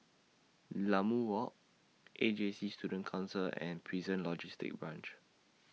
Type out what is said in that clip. Walk A J C Student Concert and Prison Logistic Branch